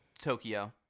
Tokyo